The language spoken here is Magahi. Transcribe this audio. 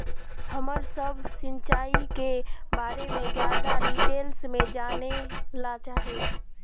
हम सब सिंचाई के बारे में ज्यादा डिटेल्स में जाने ला चाहे?